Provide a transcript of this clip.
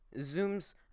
Zoom's